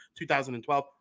2012